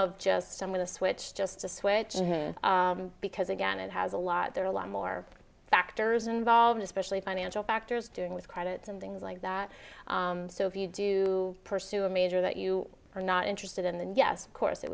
of just i'm going to switch just to switch because again it has a lot there are a lot more factors involved especially financial factors doing with credits and things like that so if you do pursue a major that you are not interested in than yes of course it